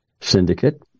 syndicate